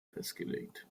festgelegt